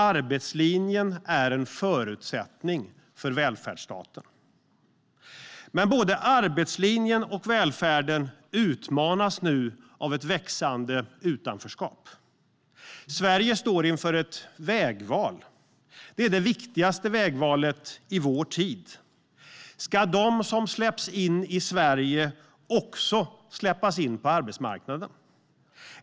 Arbetslinjen är en förutsättning för välfärdsstaten. Men både arbetslinjen och välfärden utmanas nu av ett växande utanförskap. Sverige står inför ett vägval. Det är det viktigaste vägvalet i vår tid. Ska de som släpps in i Sverige också släppas in på arbetsmarknaden?